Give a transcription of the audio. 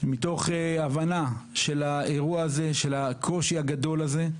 מתוך הבנה של האירוע הזה, של הקושי הגדול הזה,